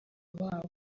babo